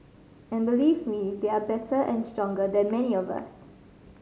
and believe me they are better and stronger than many of us